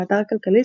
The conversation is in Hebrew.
באתר כלכליסט,